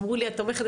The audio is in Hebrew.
אמרו לי את תומכת,